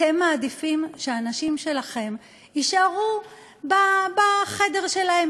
אתם מעדיפים שהאנשים שלכם יישארו בחדר שלהם,